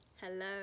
hello